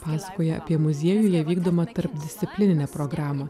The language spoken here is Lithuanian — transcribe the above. pasakoja apie muziejuje vykdomą tarpdisciplininę programą